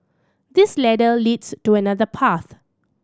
this ladder leads to another path